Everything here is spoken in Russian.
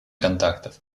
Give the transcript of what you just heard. контактов